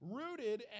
rooted